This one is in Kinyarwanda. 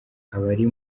abari